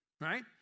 Right